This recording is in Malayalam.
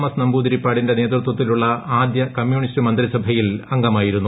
എസ് നമ്പൂതിരിപ്പാടിന്റെ നേതൃത്വ ത്തിലുള്ള ആദ്യ കമ്മ്യൂണിസ്റ്റ് മന്ത്രിസഭയിൽ അംഗമായിരുന്നു